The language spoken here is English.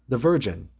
the virgin,